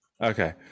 okay